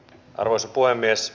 arvoisa puhemies